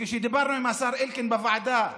וכשדיברנו עם השר אלקין בוועדה,